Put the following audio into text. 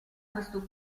questo